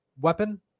weapon